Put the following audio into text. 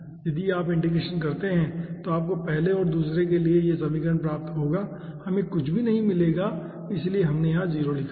यदि आप इंटीग्रेशन करते हैं तो आपको पहले और दूसरे के लिए यह समीकरण प्राप्त होगा हमें कुछ भी नहीं मिलेगा इसलिए यहां हमने 0 लिखा है